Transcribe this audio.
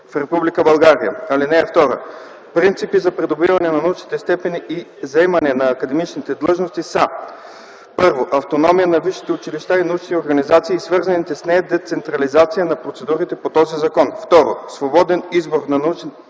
България. (2) Принципи за придобиване на научните степени и заемане на академичните длъжности са: 1. автономия на висшите училища и научните организации и свързаната с нея децентрализация на процедурите по този закон; 2. свободен избор на научно развитие